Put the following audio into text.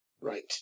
Right